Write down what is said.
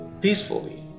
peacefully